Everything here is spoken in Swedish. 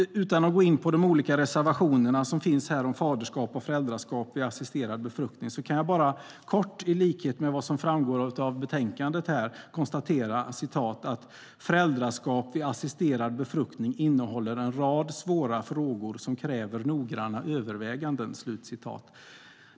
Utan att gå in på de olika reservationerna om faderskap och föräldraskap vid assisterad befruktning kan jag bara kort, i likhet med vad som framgår av betänkandet, konstatera: "Föräldraskap vid assisterad befruktning innehåller en rad svåra frågor som kräver noggranna överväganden."